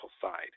side